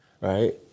right